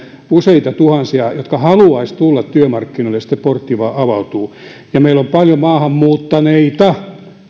useita tuhansia osatyökykyisiä ihmisiä jotka haluaisivat tulla työmarkkinoille jos se portti vain avautuu ja meillä on paljon maahan muuttaneita